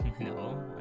No